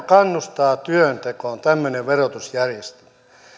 kannustaa työntekoon tämmöinen verotusjärjestelmä jos